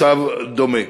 מצב דומה.